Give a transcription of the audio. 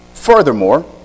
Furthermore